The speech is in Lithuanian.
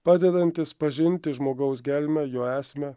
padedantis pažinti žmogaus gelmę jo esmę